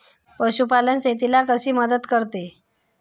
पशुपालन शेतीला कशी मदत करते?